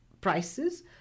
prices